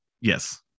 Yes